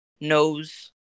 knows